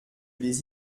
les